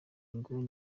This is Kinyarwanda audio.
nguni